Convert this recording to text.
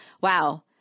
wow